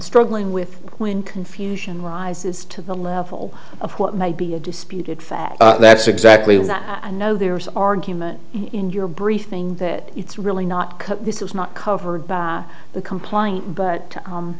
struggling with when confusion rises to the level of what might be a disputed fact that's exactly that i know there's argument in your briefing that it's really not because this is not covered by the complying but